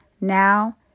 now